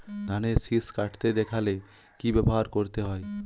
ধানের শিষ কাটতে দেখালে কি ব্যবহার করতে হয়?